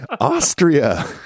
Austria